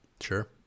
Sure